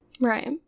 Right